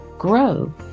grow